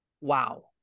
wow